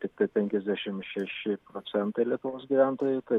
tiktai penkiasdešim šeši procentai lietuvos gyventojų tai